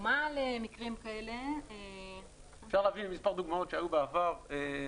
דוגמה למקרים כאלה -- אפשר להביא כמה דוגמאות שהיו לנו בעבר.